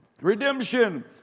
redemption